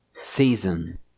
season